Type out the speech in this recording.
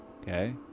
okay